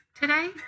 today